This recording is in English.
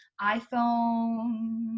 iPhone